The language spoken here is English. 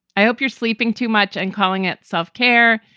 i hope you're sleeping too much and calling it self-care,